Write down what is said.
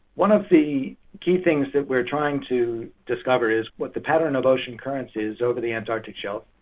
one of the key things that we're trying to discover is what the pattern of ocean currents is over the antarctic shelf,